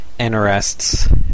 interests